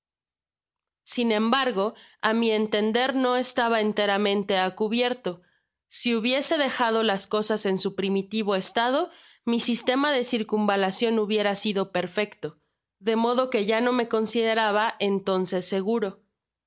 sin embargo á mi entender no estaba enteramente á cubierto si hubiese dejado las cosas en su primitivo estado mi sistema de circunvalacion hubiera sido perfecto de modo que ya no me consideraba entonces seguro